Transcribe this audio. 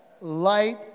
light